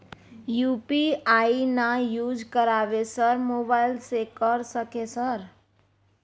UPI ना use करवाएं sir mobile से कर सके सर?